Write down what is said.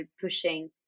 pushing